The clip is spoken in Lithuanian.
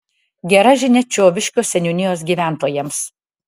gera žinia čiobiškio seniūnijos gyventojams